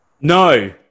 No